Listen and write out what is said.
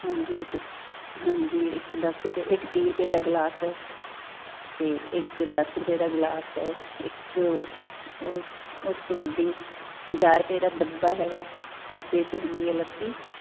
ਹਾਂਜੀ ਇੱਕ ਹਾਂਜੀ ਇੱਕ ਦਸ ਰੁਪਏ ਇੱਕ ਤੀਹ ਰੁਪਏ ਦਾ ਗਿਲਾਸ ਤੇ ਇੱਕ ਦਸ ਰੁਪਏ ਦਾ ਗਿਲਾਸ ਇੱਕ ਉਸ ਤੋਂ ਵੱਡੀ ਪੰਜਾਹ ਰੁਪਏ ਦਾ ਡੱਬਾ ਹੈਗਾ ਡੱਬੇ ਚ ਹੁੰਦੀ ਐ ਲੱਸੀ